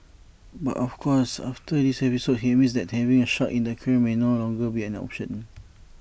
but of course after this episode he admits that having sharks in the aquarium may no longer be an option